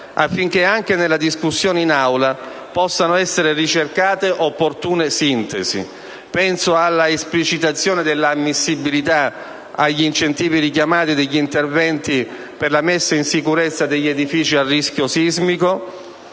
affinché anche nella discussione in Aula possano essere ricercate opportune sintesi: penso alla esplicitazione dell'ammissibilità agli incentivi richiamati degli interventi di messa in sicurezza degli edifici a rischio sismico